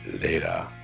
later